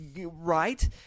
right